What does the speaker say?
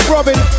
Robin